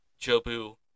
Jobu